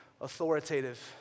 authoritative